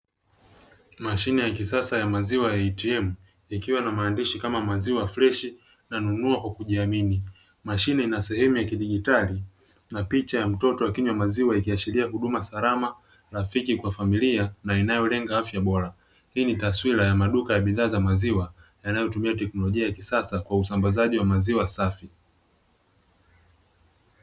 Mashine ya kisasa ya maziwa ya "ATM" ikiwa na maandishi kama maziwa freshi unanunua kwa kujiamini. Mashine ina sehemu ya kidijitali na picha ya mtoto akinywa maziwa ikiashiria huduma salama, rafiki kwa familia, na inayolenga afya bora. Hii ni taswira ya maduka ya bidhaa za maziwa yanayotumia teknolojia ya kisasa kwa usambazaji wa maziwa safi.